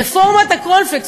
רפורמת הקורנפלקס,